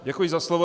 Děkuji za slovo.